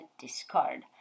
discard